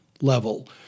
level